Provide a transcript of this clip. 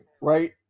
Right